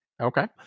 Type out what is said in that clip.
Okay